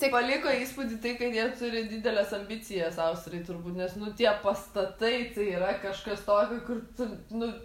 tai paliko įspūdį tai kad jie turi dideles ambicijas austrai turbūt nes nu tie pastatai tai yra kažkas tokio kur tu nu